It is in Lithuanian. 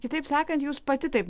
kitaip sakant jūs pati taip